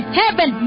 heaven